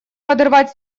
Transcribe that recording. подорвать